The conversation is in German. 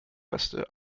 reste